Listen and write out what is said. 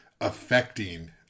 affecting